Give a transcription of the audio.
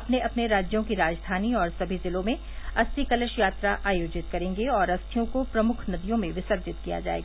अपने अपने राज्यों की राजधानी और सभी जिलों में अस्थि कलश यात्रा आयोजित करेंगे और अस्थियों को प्रमुख नदियों में विसर्जित किया जायेगा